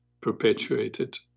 perpetuated